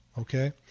Okay